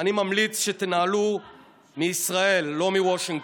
אני ממליץ שתנהלו מישראל, לא מוושינגטון.